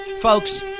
Folks